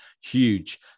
huge